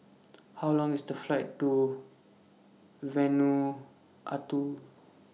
How Long IS The Flight to Vanuatu